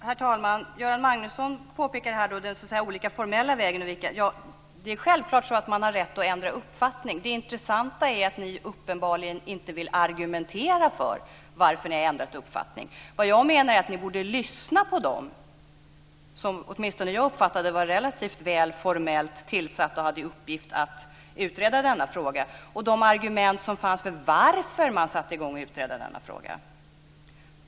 Herr talman! Göran Magnusson påpekar de olika formella vägarna. Man har självklart rätt att ändra uppfattning. Det intressanta är att ni uppenbarligen inte vill argumentera för varför ni har ändrat uppfattning. Vad jag menar är att ni borde lyssna på dem som, såvitt jag har uppfattat det, är formellt tillsatta och har i uppgift att utreda frågan, och lyssna på de argument som fanns för varför man satte i gång att utreda frågan.